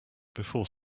before